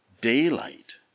daylight